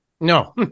No